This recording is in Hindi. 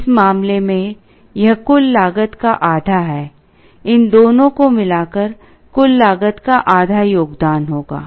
इस मामले में यह कुल लागत का आधा है इन दोनों को मिलाकर कुल लागत का आधा योगदान होगा